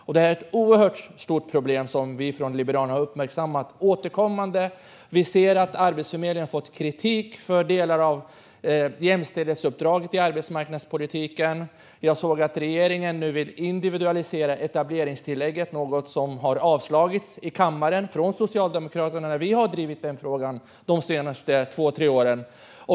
Det här är ett oerhört stort problem som vi från Liberalerna återkommande har uppmärksammat, och vi ser att Arbetsförmedlingen har fått kritik för delar av jämställdhetsuppdraget i arbetsmarknadspolitiken. Jag såg att regeringen nu vill individualisera etableringstillägget, något som har avslagits i kammaren från Socialdemokraterna när vi har drivit den frågan de senaste två tre åren.